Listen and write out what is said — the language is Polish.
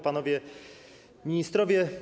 Panowie Ministrowie!